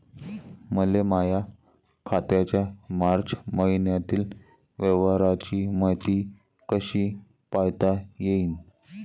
मले माया खात्याच्या मार्च मईन्यातील व्यवहाराची मायती कशी पायता येईन?